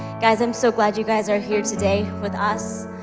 guys, i'm so glad you guys are here today with us.